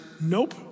Nope